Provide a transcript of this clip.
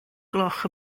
gloch